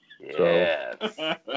Yes